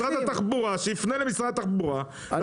שיפנה למשרד התחבורה ויתבע אותם,